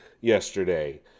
yesterday